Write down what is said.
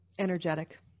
Energetic